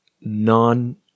non